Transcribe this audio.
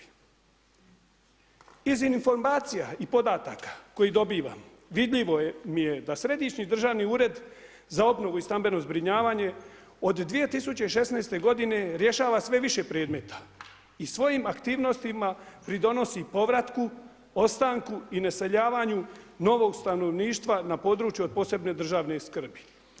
Iz informacija i podataka koje dobivam vidljivo mi je da središnji državni ured za obnovu i stambeno zbrinjavanje od 2016. godine rješava sve više predmeta i svojim aktivnostima pridonosi povratku, ostanku i naseljavanju novog stanovništva na području od posebne državne skrbi.